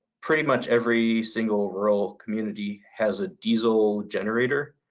pretty much every single rural community has a diesel generator.